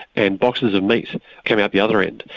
and boxes of meat come out the other end.